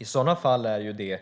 I sådana fall är det